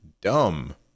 dumb